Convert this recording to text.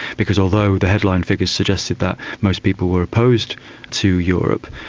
because although the headline figures suggested that most people were opposed to europe,